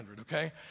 okay